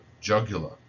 jugular